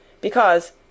because